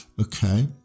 Okay